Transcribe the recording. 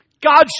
god